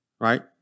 Right